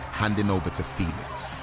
handing over to felix.